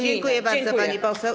Dziękuję bardzo, pani poseł.